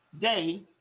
day